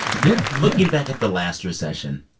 yeah looking back at the last recession,